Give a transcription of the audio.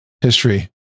history